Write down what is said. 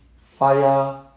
fire